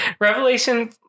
revelation